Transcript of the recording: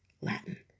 Latin